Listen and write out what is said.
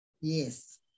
Yes